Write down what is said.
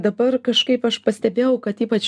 dabar kažkaip aš pastebėjau kad ypač